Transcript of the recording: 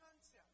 concept